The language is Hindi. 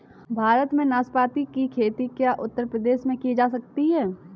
भारत में नाशपाती की खेती क्या उत्तर प्रदेश में की जा सकती है?